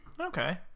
Okay